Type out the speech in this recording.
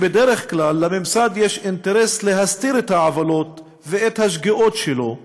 שבדרך כלל לממסד יש אינטרס להסתיר את העוולות ואת השגיאות שלו,